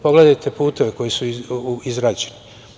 Pogledajte puteve koji su izgrađeni.